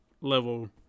level